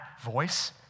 voice